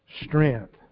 strength